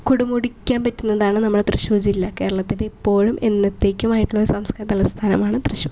കുടുമുടിക്കാൻ പറ്റുന്നതാണ് നമ്മുടെ തൃശ്ശൂർ ജില്ല കേരളത്തിൻ്റെ ഇപ്പോഴും എന്നത്തേക്കുമായിട്ടുള്ള ഒരു സാംസ്കാരിക തലസ്ഥാനമാണ് തൃശ്ശൂർ